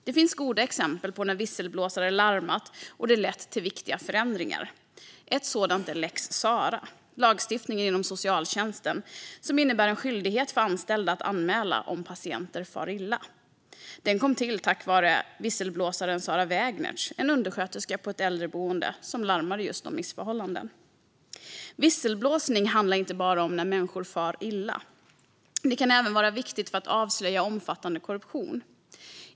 Det finns goda exempel på när visselblåsare larmat och det lett till viktiga förändringar. Ett sådant är lex Sarah, lagstiftningen inom socialtjänsten som innebär en skyldighet för anställda att anmäla om patienter far illa. Den kom till tack vare att visselblåsaren Sarah Wägnert, som var undersköterska på ett äldreboende, larmade om missförhållanden. Visselblåsning handlar inte bara om när människor far illa. Det kan även vara viktigt för att avslöja omfattande korruption.